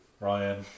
Ryan